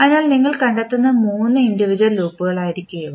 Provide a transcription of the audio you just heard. അതിനാൽ നിങ്ങൾ കണ്ടെത്തുന്ന മൂന്ന് ഇൻഡിവിജ്വൽ ലൂപ്പുകളായിരിക്കും ഇവ